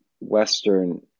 Western